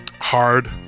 hard